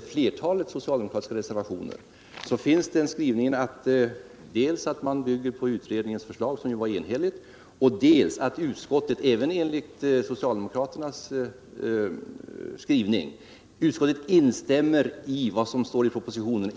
flertalet socialdemokratiska reservationer innehåller skrivningen att man bygger på utredningens förslag, som var enhälligt, och att man instämmer i jordbruksministerns bedömning i propositionen.